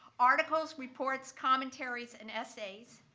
articles, reports, commentaries, and essays,